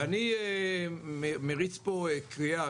ואני קורא פה קריאה,